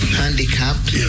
handicapped